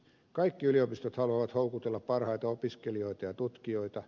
kaikki yliopistot haluavat houkutella parhaita opiskelijoita ja tutkijoita